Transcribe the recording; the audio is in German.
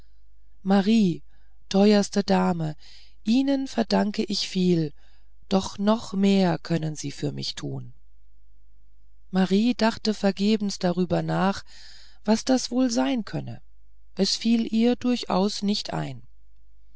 marie teuerste dame ihnen verdanke ich viel doch noch mehr können sie für mich tun marie dachte vergebens darüber nach was das wohl sein könnte es fiel ihr durchaus nicht ein